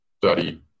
study